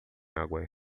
águas